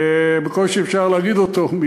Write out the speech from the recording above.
בקושי אפשר להגיד אותו,